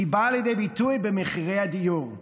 והיא באה לידי ביטוי במחירי הדיור.